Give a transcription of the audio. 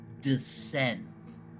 descends